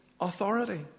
authority